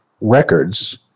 records